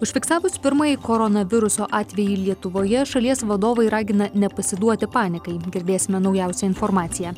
užfiksavus pirmąjį koronaviruso atvejį lietuvoje šalies vadovai ragina nepasiduoti panikai girdėsime naujausią informaciją